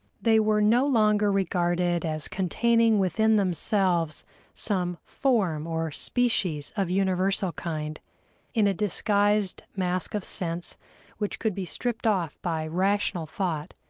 they were no longer regarded as containing within themselves some form or species of universal kind in a disguised mask of sense which could be stripped off by rational thought.